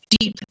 deep